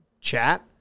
chat